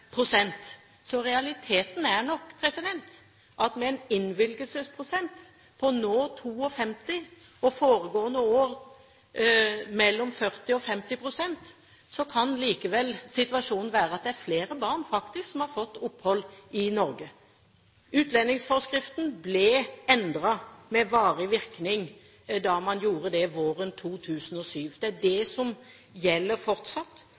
Så realiteten er nok at med en innvilgelsesprosent på nå 52 og foregående år på mellom 40 og 50 kan likevel situasjonen være at det faktisk nå er flere barn som har fått opphold i Norge. Utlendingsforskriften ble endret med varig virkning våren 2007. Det er den som gjelder fortsatt.